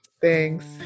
Thanks